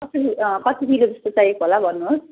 कति किलो जस्तो चाहिएको होला भन्नुहोस्